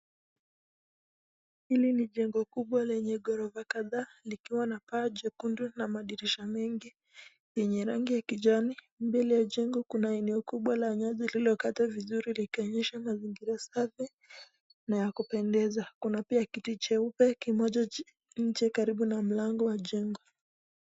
Hili ni jengo kubwa lenye gorofa kadha likiwa na kala jekundu na madirisha mengi yenye rangi ya kijani. Mbele ya jengo kuna eneo kupwa ya nyasi lilikatwa vizuri likionyesha mazingira safi ya kupendeza kuna pia kiti cheupe nje karibu na mlango wa jengo.